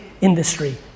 industry